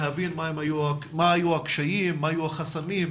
להבין מה היו הקשיים, מה היו החסמים,